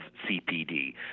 CPD